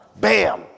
Bam